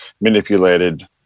manipulated